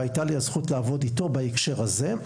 והייתה לי הזכות לעבוד איתו בהקשר הזה,